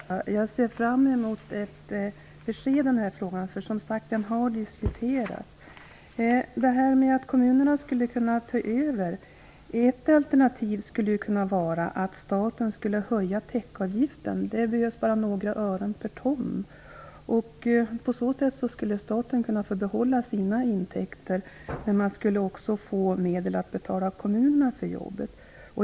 Herr talman! Jag ser fram emot att få besked i den här frågan, eftersom den har diskuterats. Ett alternativ till att kommunerna skulle ta över är att staten skulle höja täktavgiften. Det skulle bara behövas några ören per ton. På så sätt skulle staten kunna få behålla sina intäkter, men man skulle också få medel för att betala kommunerna för jobbet.